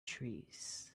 trees